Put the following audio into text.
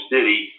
City